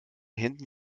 händen